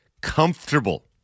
comfortable